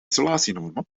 isolatienormen